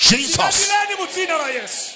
Jesus